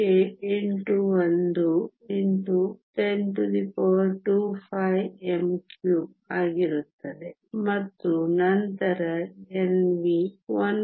81 x 1025 m3 ಆಗಿರುತ್ತದೆ ಮತ್ತು ನಂತರ Nv 1